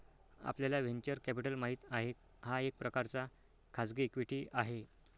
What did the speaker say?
आपल्याला venture capital माहित आहे, हा एक प्रकारचा खाजगी इक्विटी आहे